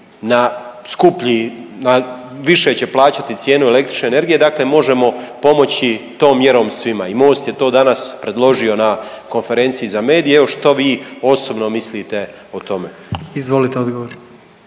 na skuplji, više će plaćati cijenu električne energije, dakle možemo pomoći tom mjerom svima i Most je to danas predložio na konferenciji za medije, evo, što vi osobno mislite o tome? **Jandroković,